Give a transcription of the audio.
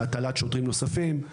הטלת שוטרים נוספים.